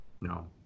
No